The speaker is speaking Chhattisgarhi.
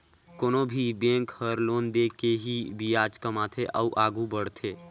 कोनो भी बेंक हर लोन दे के ही बियाज कमाथे अउ आघु बड़थे